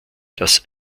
das